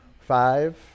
Five